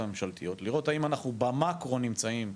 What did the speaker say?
הממשלתיות ולראות האם אנחנו במאקרו נמצאים ביעד.